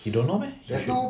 he don't know meh he should